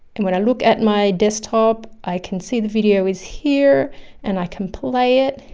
and when i look at my desktop i can see the video is here and i can play it,